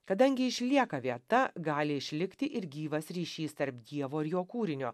kadangi išlieka vieta gali išlikti ir gyvas ryšys tarp dievo ir jo kūrinio